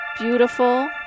Beautiful